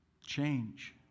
change